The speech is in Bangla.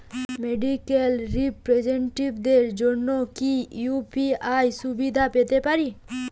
মেডিক্যাল রিপ্রেজন্টেটিভদের জন্য কি ইউ.পি.আই সুবিধা পেতে পারে?